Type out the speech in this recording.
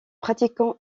pratiquant